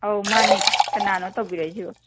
ꯑꯧ ꯃꯥꯟꯅꯦ ꯀꯅꯥꯅꯣ ꯇꯧꯕꯤꯔꯛꯏꯁꯤꯕꯨ